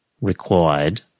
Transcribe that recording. required